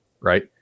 right